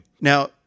Now